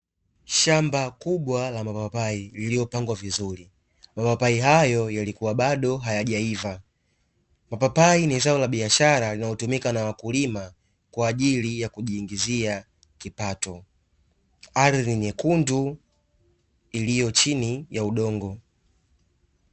Shamba kubwa la mapapai liliopangwa vizuri. Mapapai hayo yalikuwa bado hayajaiva. Mapapai ni zao la biashara linalotumika na wakulima kwaajili ya kujiingizia kipato. Ardhi nyekundu iliyochini ya udongo.